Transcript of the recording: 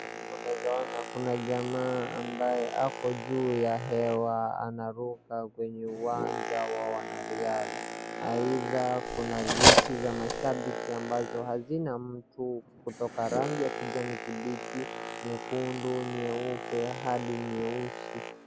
Kuna jamaa ambaye ako juu ya hewa anaruka kwenye uwanja wa wanariadha. Aidha kuna viti za mashabiki ambazo hazina mtu kutoka rangi ya kijani kibichi, nyekundu, nyeupe hadi nyeusi.